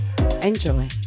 enjoy